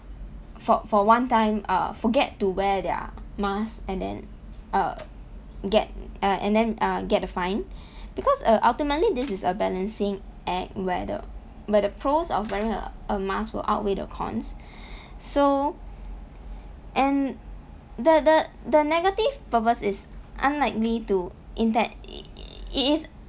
for for one time uh forget to wear their mask and then uh get uh and then uh get a fine because err ultimately this is a balancing act where the where the pros of wearing a a mask will outweigh the cons so and the the the negative purpose is unlikely to in that it is